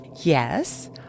Yes